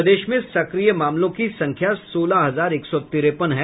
प्रदेश में सक्रिय मामलों की संख्या सोलह हजार एक सौ तिरेपन है